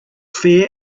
fair